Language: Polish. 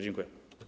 Dziękuję.